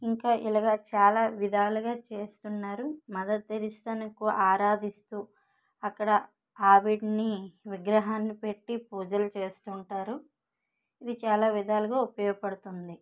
ఇంకా ఇలాగా చాలా విధాలుగా చేస్తున్నారు మదర్తెరిస్సాను ఎక్కువ ఆరాధిస్తూ అక్కడ ఆవిడ్ని విగ్రహాన్ని పెట్టి పూజలు చేస్తుంటారు ఇది చాలా విధాలుగా ఉపయోగపడుతుంది